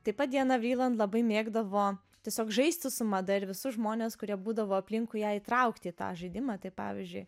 taip pat diana vriland labai mėgdavo tiesiog žaisti su mada ir visus žmones kurie būdavo aplinkui ją įtraukti į tą žaidimą kaip pavyzdžiui